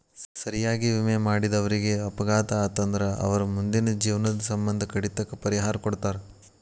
ಸರಿಯಾಗಿ ವಿಮೆ ಮಾಡಿದವರೇಗ ಅಪಘಾತ ಆತಂದ್ರ ಅವರ್ ಮುಂದಿನ ಜೇವ್ನದ್ ಸಮ್ಮಂದ ಕಡಿತಕ್ಕ ಪರಿಹಾರಾ ಕೊಡ್ತಾರ್